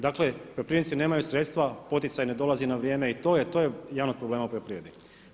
Dakle poljoprivrednici nemaju sredstva, poticaj ne dolazi na vrijeme i to je jedan od problema poljoprivrednika.